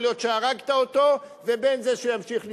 להיות שהרגת אותו לבין זה שהוא ימשיך לנסוע.